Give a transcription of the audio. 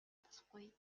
болохгүй